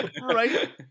Right